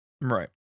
Right